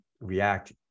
react